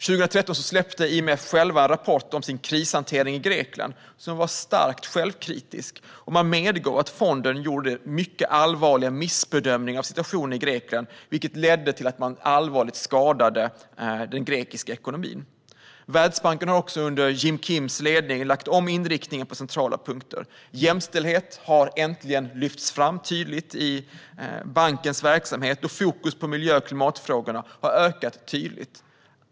År 2013 släppte IMF en rapport om sin krishantering i Grekland, och den var starkt självkritisk. Man medgav att fonden gjorde mycket allvarliga missbedömningar av situationen i Grekland, vilket ledde till att man allvarligt skadade den grekiska ekonomin. Världsbanken har också under Jim Kims ledning lagt om inriktningen på centrala punkter. Jämställdhet har äntligen lyfts fram tydligt i bankens verksamhet, och fokus på miljö och klimatfrågorna har ökat tydligt.